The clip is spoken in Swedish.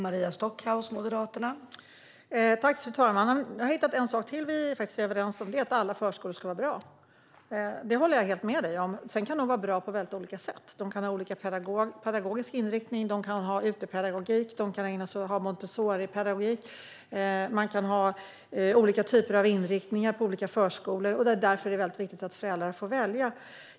Fru talman! Jag har hittat en sak till som vi är överens om, och det är att alla förskolor ska vara bra. Det håller jag helt med Daniel Riazat om. Sedan kan de vara bra på olika sätt. De kan ha olika pedagogisk inriktning, till exempel utepedagogik eller Montessoripedagogik. Man kan ha olika typer av inriktningar på olika förskolor. Det är därför det är viktigt att föräldrar får välja.